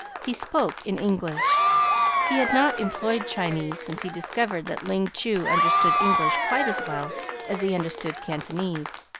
he spoke in english he had not employed chinese since he discovered that ling chu understood english quite as well as he understood cantonese,